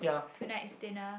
tonight's dinner